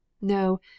No